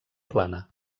plana